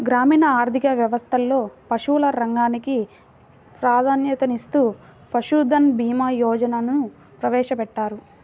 గ్రామీణ ఆర్థిక వ్యవస్థలో పశువుల రంగానికి ప్రాధాన్యతనిస్తూ పశుధన్ భీమా యోజనను ప్రవేశపెట్టారు